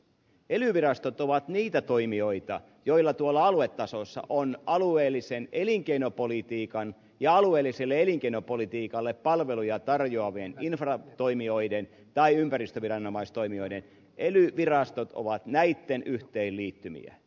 ely virastot ovat niitä toimijoita joilla tuolla aluetasolla on alueellisen elinkeinopolitiikan ja alueelliselle elinkeinopolitiikalle palveluja tarjoavien infratoimijoiden tai ympäristöviranomaistoimijoiden yhteen kokoajan rooli ely virastot ovat näitten yhteenliittymiä